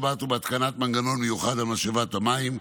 מנגנון מיוחד על משאבת המים.